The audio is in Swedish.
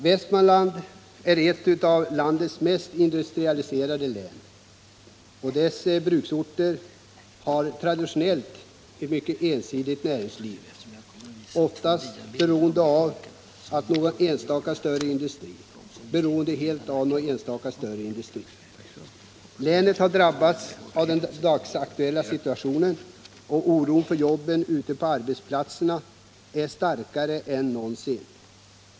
Västmanlands är ett av landets mest industrialiserade län. Dess bruksorter har traditionellt ett mycket ensidigt näringsliv och är oftast beroende av någon enstaka större industri. Länet har drabbats i den dagsaktuella situationen, och oron för jobben ute på arbetsplatserna är starkare än någonsin.